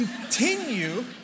continue